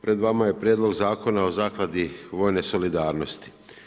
Pred vama je Prijedlog zakona o Zakladi vojne solidarnosti.